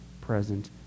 present